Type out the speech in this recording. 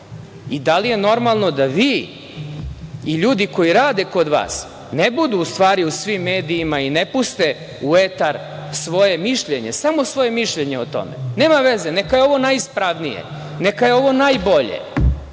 Da li je normalno da vi i ljudi koji rade kod vas ne budu u svim medijima i ne puste u etar svoje mišljenje, samo svoje mišljenje o tome? Nema veze, neka je ovo najispravnije, neka je ovo najbolje,